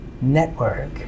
network